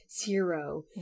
zero